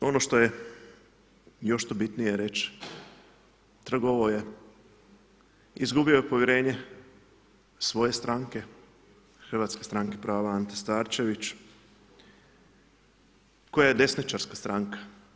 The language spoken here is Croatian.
I ono što je još tu bitnije reći, trgovao je, izgubio je povjerenje svoje stranke, Hrvatske stranke prava Ante Starčević koja je desničarska stranka.